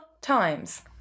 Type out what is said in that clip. times